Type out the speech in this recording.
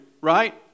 right